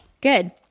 good